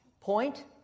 point